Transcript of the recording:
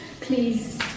please